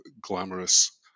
glamorous